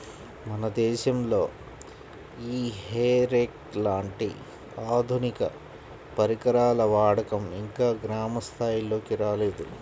మన దేశంలో ఈ హే రేక్ లాంటి ఆధునిక పరికరాల వాడకం ఇంకా గ్రామ స్థాయిల్లోకి రాలేదు